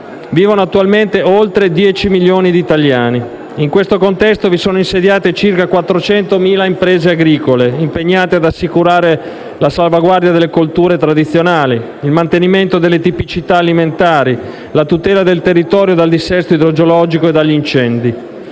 vivono attualmente oltre 10 milioni di italiani. In questo contesto vi sono insediate circa 400.000 imprese agricole, impegnate ad assicurare la salvaguardia delle colture tradizionali, il mantenimento delle tipicità alimentari, la tutela del territorio dal dissesto idrogeologico e dagli incendi.